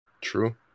True